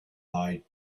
lied